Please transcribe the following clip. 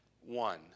one